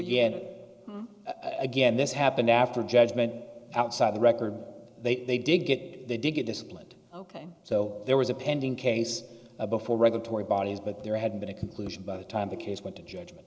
yet it again this happened after judgment outside the record they did get the degree disciplined ok so there was a pending case before regulatory bodies but there had been a conclusion by the time the case went to judgment